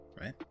right